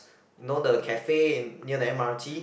you know the cafe near the M_R_T